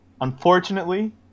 unfortunately